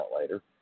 later